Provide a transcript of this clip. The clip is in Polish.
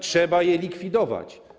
Trzeba je likwidować.